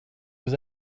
vous